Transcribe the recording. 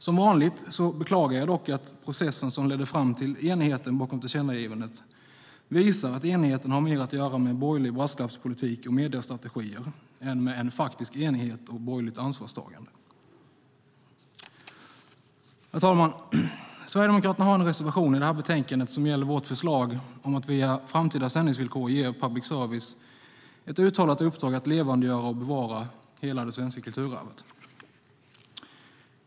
Som vanligt beklagar jag dock att processen som ledde fram till enigheten bakom tillkännagivandet visar att enigheten har mer att göra med borgerlig brasklappspolitik och mediestrategier än med en faktisk enighet och borgerligt ansvarstagande. Herr talman! Sverigedemokraterna har en reservation i detta betänkande som gäller vårt förslag om att via framtida sändningsvillkor ge public service ett uttalat uppdrag att levandegöra och bevara hela det svenska kulturarvet.